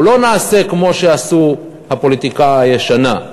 אנחנו לא נעשה כמו שעשו בפוליטיקה הישנה,